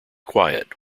quiet